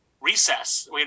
recess